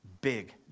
Big